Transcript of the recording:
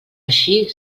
així